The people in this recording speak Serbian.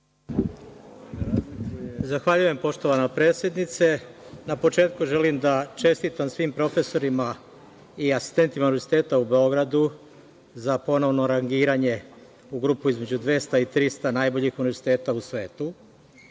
Zahvaljujem poštovana predsednice. Na početku želim da čestitam svim profesorima i asistentima Univerziteta u Beogradu za ponovno rangiranje u grupu između 200 i 300 najboljih univerziteta u svetu.